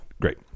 Great